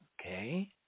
Okay